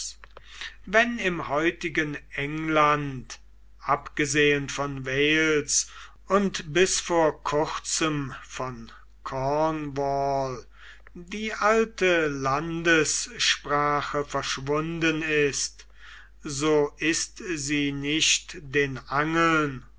wenn im heutigen england abgesehen von wales und bis vor kurzem von cornwall die alte landessprache verschwunden ist so ist sie nicht den angeln